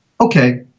Okay